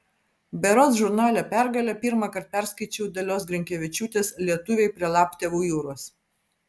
berods žurnale pergalė pirmąkart perskaičiau dalios grinkevičiūtės lietuviai prie laptevų jūros